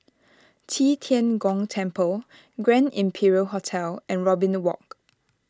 Qi Tian Gong Temple Grand Imperial Hotel and Robin Walk